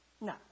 no